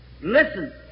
Listen